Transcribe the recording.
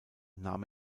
nahm